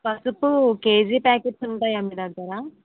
పసుపు KG packets ఉంటాయా మీ దగ్గర